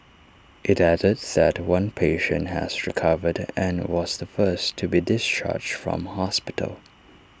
IT added that one patient has recovered and was the first to be discharged from hospital